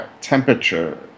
temperature